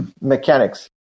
mechanics